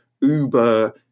Uber